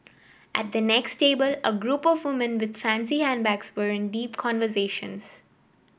at the next table a group of woman with fancy handbags were in deep conversations